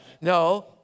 No